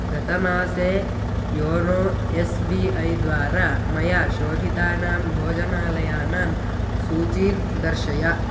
गतमासे YONO S B I द्वारा मया शोधितानां भोजनालयानां सूचीं दर्शय